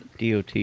Dot